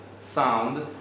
sound